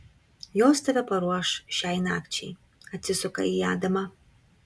jos tave paruoš šiai nakčiai atsisuka į adamą